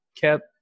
kept